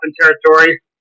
territory